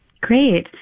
Great